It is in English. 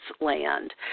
Land